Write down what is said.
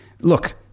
Look